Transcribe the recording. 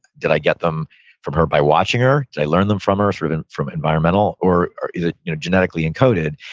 that i get them from her by watching her because i learned them from her sort of and from environmental or or is it you know genetically encoded.